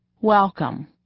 Welcome